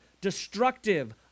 destructive